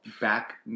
back